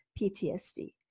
PTSD